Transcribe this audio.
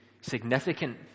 significant